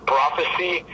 Prophecy